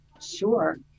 Sure